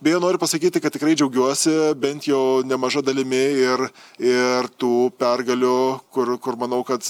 beje noriu pasakyti kad tikrai džiaugiuosi bent jau nemaža dalimi ir ir tų pergalių kur kur manau kad